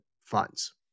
funds